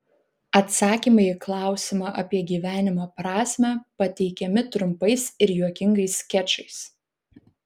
atsakymai į klausimą apie gyvenimo prasmę pateikiami trumpais ir juokingais skečais